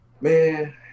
Man